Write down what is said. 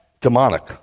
demonic